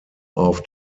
auf